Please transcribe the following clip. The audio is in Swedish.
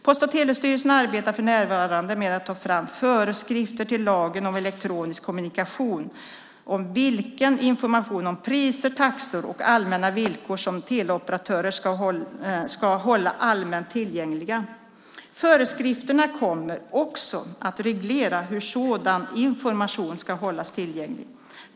Post och telestyrelsen arbetar för närvarande med att ta fram föreskrifter till lagen om elektronisk kommunikation om vilken information om priser, taxor och allmänna villkor som teleoperatörer ska hålla allmänt tillgängliga. Föreskrifterna kommer också att reglera hur sådan information ska hållas tillgänglig.